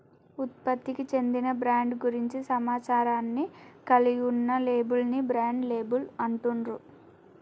ఉత్పత్తికి చెందిన బ్రాండ్ గురించి సమాచారాన్ని కలిగి ఉన్న లేబుల్ ని బ్రాండ్ లేబుల్ అంటుండ్రు